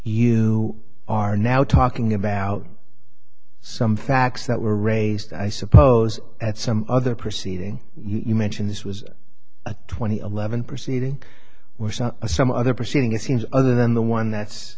you are now talking about some facts that were raised i suppose at some other proceeding you mention this was a twenty eleven proceeding where such a some other proceeding seems other than the one that's